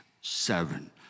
seven